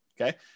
okay